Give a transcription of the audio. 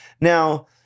Now